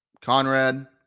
Conrad